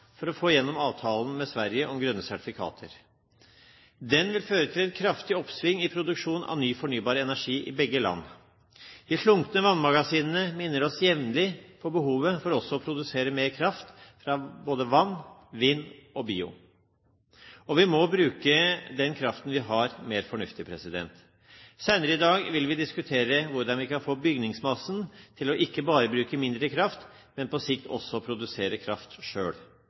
for å få gjennom avtalen med Sverige om grønne sertifikater. Den vil føre til et kraftig oppsving i produksjon av ny fornybar energi i begge land. De slunkne vannmagasinene minner oss jevnlig om behovet for å produsere mer kraft, fra både vann, vind og bio. Vi må bruke den kraften vi har, mer fornuftig. Senere i dag vil vi diskutere hvordan vi kan få bygningsmassen til ikke bare å bruke mindre kraft, men på sikt også produsere kraft